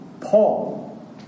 Paul